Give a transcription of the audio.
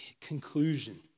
conclusion